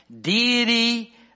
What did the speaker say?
Deity